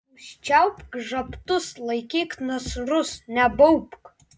užčiaupk žabtus laikyk nasrus nebaubk